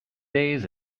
days